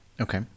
Okay